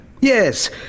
Yes